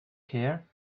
care